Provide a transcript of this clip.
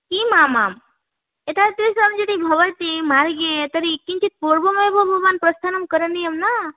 किम् आमाम् एतादृशं यदि भवति मार्गे तर्हि किञ्चिद् पूर्वमेव भवान् प्रस्थानं करणीयं न